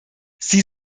sie